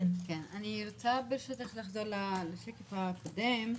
אני רוצה ברשותך לחזור לשקף הקודם.